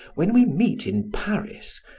when we meet in paris,